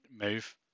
move